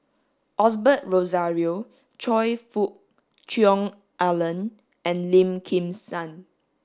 Osbert Rozario Choe Fook Cheong Alan and Lim Kim San